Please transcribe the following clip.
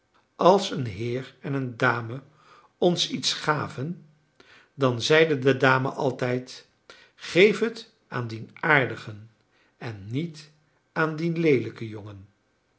als een heer en een dame ons iets gaven dan zeide de dame altijd geef het aan dien aardigen en niet aan dien leelijken jongen